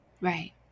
Right